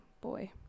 boy